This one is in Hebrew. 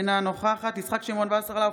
אינה נוכח יצחק שמעון וסרלאוף,